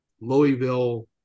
Louisville